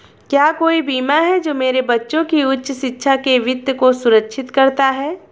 क्या कोई बीमा है जो मेरे बच्चों की उच्च शिक्षा के वित्त को सुरक्षित करता है?